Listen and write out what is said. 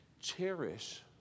Cherish